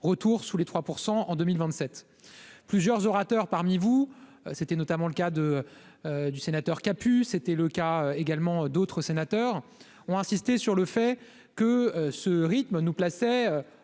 retour sous les 3 % en 2027 plusieurs orateurs parmi vous, c'était notamment le cas de du sénateur kaput c'était le cas également d'autres sénateurs ont insisté sur le fait que ce rythme nous plaçait